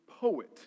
poet